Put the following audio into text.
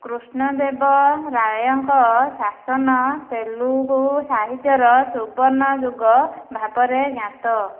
କୃଷ୍ଣ ଦେବ ରାୟଙ୍କ ଶାସନ ତେଲୁଗୁ ସାହିତ୍ୟର ସୁବର୍ଣ୍ଣ ଯୁଗ ଭାବରେ ଜ୍ଞାତ